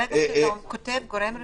ברגע שאתה כותב גורם רפואי,